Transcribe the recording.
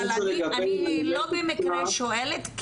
אני לא במקרה שואלת,